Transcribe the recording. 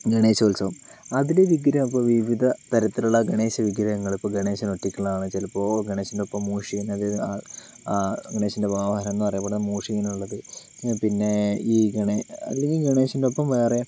ഗണേശ ഉത്സവം അതിൽ വിഗ്രഹം ഇപ്പോൾ വിവിധതരത്തിലുള്ള ഗണേശ വിഗ്രഹങ്ങൾ ഇപ്പോൾ ഗണേശൻ ഒറ്റയ്ക്കുള്ളതാണ് ചിലപ്പോൾ ഗണേശന്റെ ഒപ്പം മുഷികൻ അതായത് ഗണേശന്റെ വാഹനം എന്നറിയപ്പെടുന്ന മൂഷികനുള്ളത് പിന്നെ ഈ അല്ലെങ്കിൽ ഗണേശന്റെ ഒപ്പം വേറെ